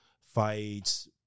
fights